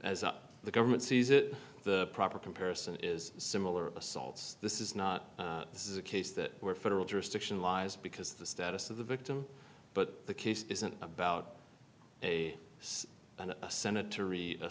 up the government sees it the proper comparison is similar assaults this is not this is a case that were federal jurisdiction lies because the status of the victim but the case isn't about a and a senator reed